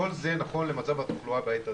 כל זה נכון למצב התחלואה בעת הזו,